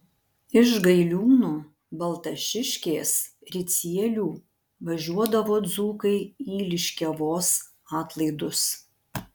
iš gailiūnų baltašiškės ricielių važiuodavo dzūkai į liškiavos atlaidus